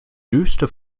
döste